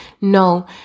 no